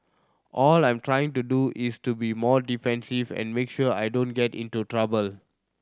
all I'm trying to do is to be more defensive and make sure I don't get into trouble